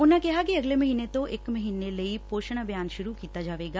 ਉਨੂਾ ਕਿਹਾ ਕਿ ਅਗਲੇ ਮਹੀਨੇ ਤੋਂ ਇਕ ਮਹੀਨਾ ਲਈ ਪੋਸ਼ਣ ਅਭਿਆਨ ਸੁਰੂ ਕੀਤਾ ਜਾਵੇਗਾ